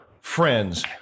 friends